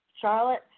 Charlotte